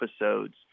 episodes